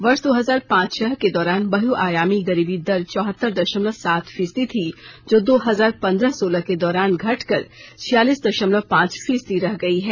वर्ष दो हजार पांच छह के दौरान बहआयामी गरीबी दर चौहत्तर दशमलव सात फीसदी थी जो दो हजार पन्द्रह सोलह के दौरान घटकर छियालीस दशमलव पांच फीसदी रह गई है